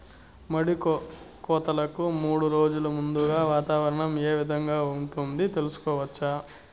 మడి కోతలకు మూడు రోజులు ముందుగా వాతావరణం ఏ విధంగా ఉంటుంది, తెలుసుకోవచ్చా?